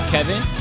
Kevin